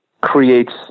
creates